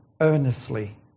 earnestly